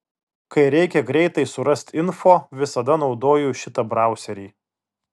kai reikia greitai surast info visada naudoju šitą brauserį